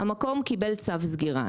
המקום קיבל צו סגירה.